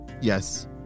Yes